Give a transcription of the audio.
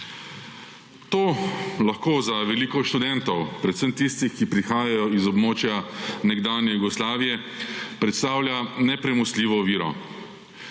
To lahko za veliko študentov, predvsem tistih, ki prihajajo iz območja nekdanje Jugoslavije, predstavlja nepremostljivo oviro.